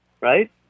right